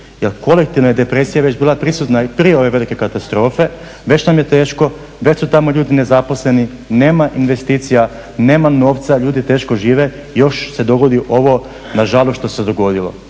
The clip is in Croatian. Jel kolektivna je depresija već bila prisutna prije ove velike katastrofe, već nam je teško, već su tamo ljudi nezaposleni, nema investicija, nema novca ljudi teško žive i još se dogodi ovo nažalost što se dogodilo.